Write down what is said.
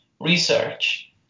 research